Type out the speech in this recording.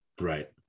Right